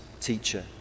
teacher